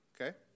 Okay